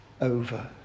over